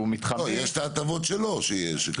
ואם יש צורך בהתאמות יותר מידי משמעותיות,